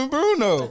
Bruno